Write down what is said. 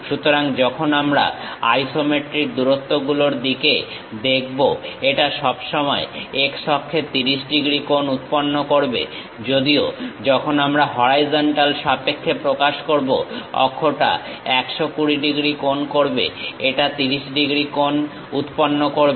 সুতরাং যখন আমরা আইসোমেট্রিক দূরত্বগুলোর দিকে দেখব এটা সব সময় x অক্ষে 30 ডিগ্রী কোণ উৎপন্ন করবে যদিও যখন আমরা হরাইজন্টাল সাপেক্ষে পরিমাপ করবো অক্ষটা 120 ডিগ্রী কোণ করবে এটা 30 ডিগ্রী কোণ উৎপন্ন করবে